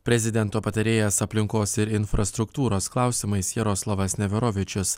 prezidento patarėjas aplinkos ir infrastruktūros klausimais jaroslavas neverovičius